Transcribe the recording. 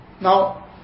Now